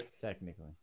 Technically